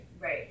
Right